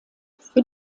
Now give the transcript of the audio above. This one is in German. für